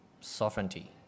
sovereignty